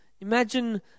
Imagine